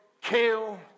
kill